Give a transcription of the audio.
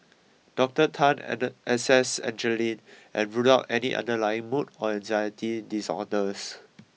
Doctor Tan add assessed Angeline and ruled out any underlying mood or anxiety disorders